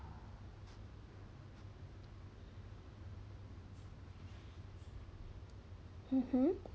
mmhmm